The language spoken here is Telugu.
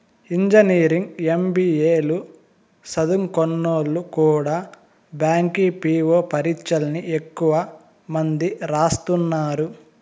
ఇంజనీరింగ్, ఎం.బి.ఏ లు సదుంకున్నోల్లు కూడా బ్యాంకి పీ.వో పరీచ్చల్ని ఎక్కువ మంది రాస్తున్నారు